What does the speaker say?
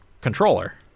controller